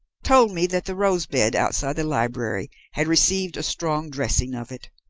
told me that the rose-bed outside the library had received a strong dressing of it.